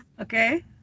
okay